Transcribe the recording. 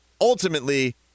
ultimately